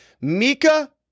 mika